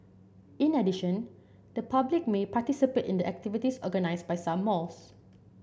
in addition the public may participate in the activities organised by some malls